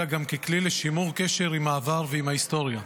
אלא גם ככלי לשימור קשר עם העבר ועם ההיסטוריה.